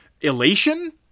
elation